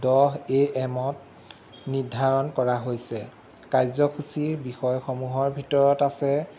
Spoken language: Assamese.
দহ এ এমত নিৰ্ধাৰণ কৰা হৈছে কাৰ্যসূচীৰ বিষয়সমূহৰ ভিতৰত আছে